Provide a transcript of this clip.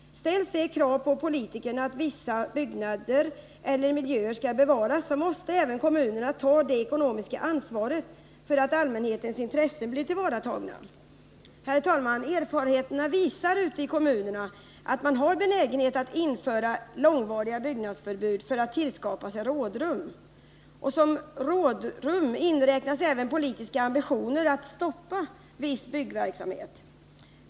Ställs det krav på politikerna att vissa byggnader eller miljöer skall bevaras, måste även kommunerna ta det ekonomiska ansvaret för att allmänhetens intressen blir tillvaratagna. Herr talman! Erfarenheterna ute i kommunerna visar att man har en benägenhet att införa långvariga byggnadsförbud för att skapa rådrum. Som rådrum inräknas även politiska ambitioner att stoppa viss byggnadsverksamhet.